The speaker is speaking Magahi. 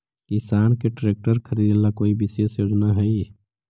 किसान के ट्रैक्टर खरीदे ला कोई विशेष योजना हई?